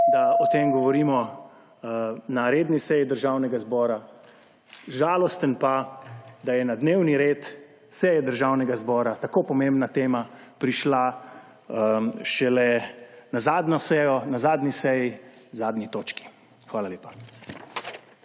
da o tem govorimo na redni seji Državnega zbora, žalosten pa, da je na dnevni red seje Državnega zbora tako pomembna tema prišla šele na zadnjo sejo; na zadnji seji k zadnji točki. Hvala lepa.